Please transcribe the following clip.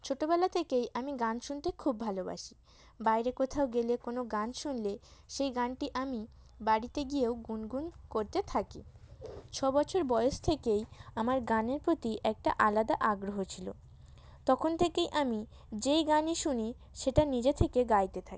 ছোটবেলা থেকেই আমি গান শুনতে খুব ভালোবাসি বাইরে কোথাও গেলে কোনো গান শুনলে সেই গানটি আমি বাড়িতে গিয়েও গুনগুন করতে থাকি ছ বছর বয়স থেকেই আমার গানের প্রতি একটা আলাদা আগ্রহ ছিল তখন থেকেই আমি যেই গানই শুনি সেটা নিজে থেকে গাইতে থাকি